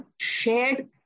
shared